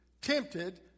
tempted